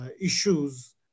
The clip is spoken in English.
issues